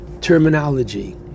terminology